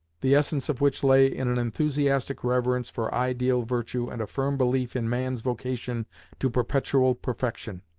the essence of which lay in an enthusiastic reverence for ideal virtue and a firm belief in man's vocation to perpetual perfection.